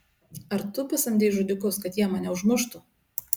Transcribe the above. ar tu pasamdei žudikus kad jie mane užmuštų